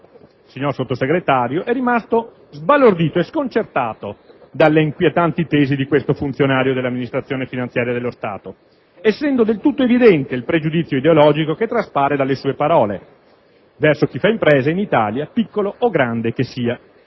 signor Sottosegretario, è rimasto sbalordito e sconcertato dalle inquietanti tesi di questo funzionario dell'amministrazione finanziaria dello Stato, essendo del tutto evidente il pregiudizio ideologico che traspare dalle sue parole verso chi fa impresa in Italia, piccolo o grande che sia.